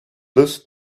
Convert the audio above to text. this